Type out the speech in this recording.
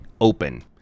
open